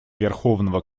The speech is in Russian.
верховного